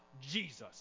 Jesus